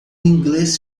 inglês